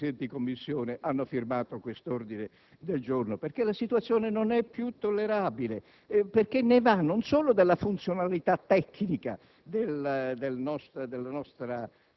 cittadini. Ecco perché 14 Presidenti di Commissione hanno firmato questo ordine del giorno. Perché la situazione non è più tollerabile in quanto ne va non solo della funzionalità tecnica